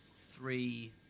three